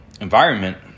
Environment